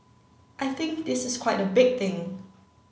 I think this is quite a big thing